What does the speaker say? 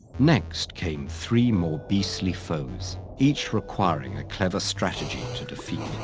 next came three more beastly foes, each requiring a clever strategy to defeat.